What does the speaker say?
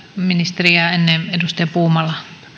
ministeriä ennen edustaja puumala